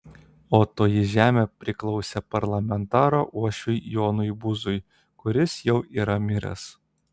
o toji žemė priklausė parlamentaro uošviui jonui buzui kuris jau yra miręs